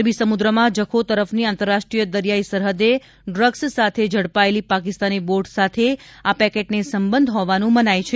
અરબી સમુદ્રમાં જખૌ તરફની આંતરરાષ્ટ્રીય દરિયાઈ સરહદે ડ્રગ્ઝ સાથે ઝડપાયેલી પાકિસ્તાની બોટ સાથે આ પેકેટને સંબંધ હોવાનું મનાય છે